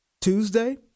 Tuesday